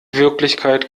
wirklichkeit